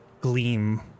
gleam